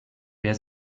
wer